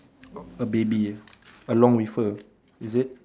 a baby ah along with her is it